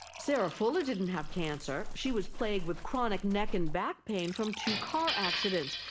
sarah fuller didn't have cancer. she was plagued with chronic neck and back pain from two car accidents.